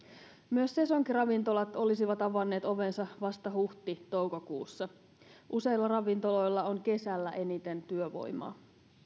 myös sesonkiravintolat olisivat avanneet ovensa vasta huhti toukokuussa useilla ravintoloilla on kesällä eniten työvoimaa